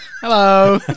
hello